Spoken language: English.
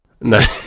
No